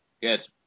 Yes